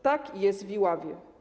Tak jest w Iławie.